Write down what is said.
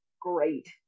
great